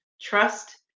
trust